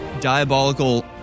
diabolical